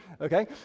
okay